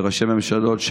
וראשי ממשלות,